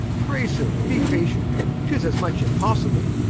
pray sir be patient tis as much impossible,